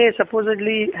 supposedly